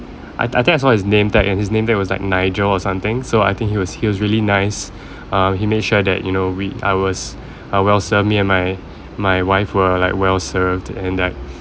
I think I think I saw his name tag and his name tag was like nigel or something so I think he was he was really nice uh he made sure that you know we I was uh well served me and my my wife were like well served and like